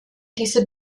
diese